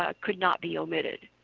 ah could not be omitted.